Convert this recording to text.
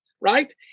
right